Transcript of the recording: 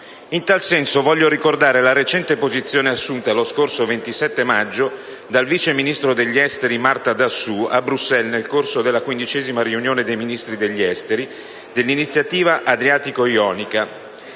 In tal senso voglio ricordare la recente posizione assunta, lo scorso 27 maggio, dal vice ministro degli affari esteri Marta Dassù, a Bruxelles, nel corso della quindicesima riunione dei Ministri degli affari esteri dell'Iniziativa adriatico-ionica: